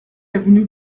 avenue